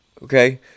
Okay